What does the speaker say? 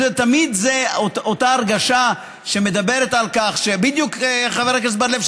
תמיד זו אותה הרגשה שמדברת על כך, חבר הכנסת בר-לב,